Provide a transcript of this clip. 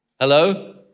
Hello